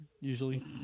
usually